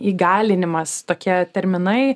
įgalinimas tokie terminai